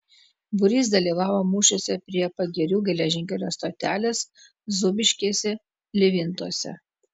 būrys dalyvavo mūšiuose prie pagirių geležinkelio stotelės zūbiškėse livintuose